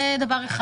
זה דבר אחד.